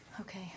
Okay